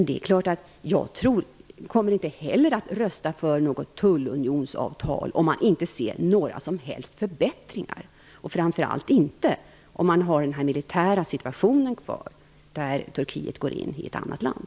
Det är klart att jag inte kommer att rösta för ett tullunionsavtal om man inte ser några som helst förbättringar och framför allt inte om den militära situation finns kvar som innebär att Turkiet går in i ett annat land.